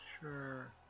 Sure